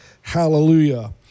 Hallelujah